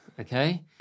okay